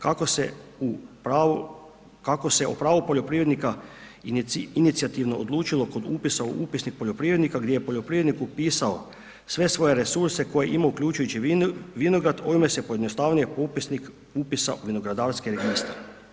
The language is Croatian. Kako se u pravu poljoprivrednika inicijativno odlučilo kod upisa u upisnik poljoprivrednika gdje je poljoprivrednik upisao sve svoje resurse koje je imao uključujući vinograd, ovime se pojednostavljuje popisnik upisa u vinogradarski registar.